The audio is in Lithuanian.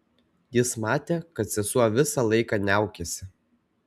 jis matė kad sesuo visą laiką niaukėsi